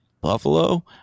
Buffalo